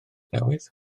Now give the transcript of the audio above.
newydd